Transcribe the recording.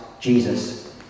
Jesus